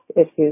issues